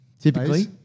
Typically